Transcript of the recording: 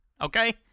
okay